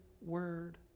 word